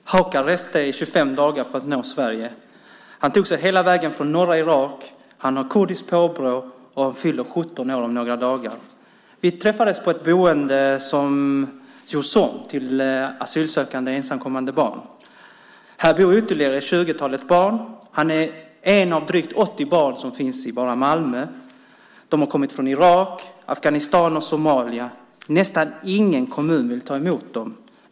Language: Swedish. Fru talman! Haukaur reste i 25 dagar för att nå Sverige. Han tog sig hela vägen från norra Irak, har kurdiskt påbrå och fyller 17 år om några dagar. Vi träffades på ett boende för asylsökande ensamkommande barn. Här bor ytterligare 20-talet barn. Han är ett av drygt 80 barn som finns i bara Malmö. De har kommit från Irak, Afghanistan och Somalia. Nästan ingen kommun vill ta emot dem.